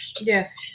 Yes